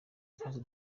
kibazo